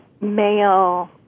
Male